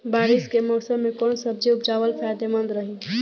बारिश के मौषम मे कौन सब्जी उपजावल फायदेमंद रही?